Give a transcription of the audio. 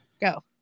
Go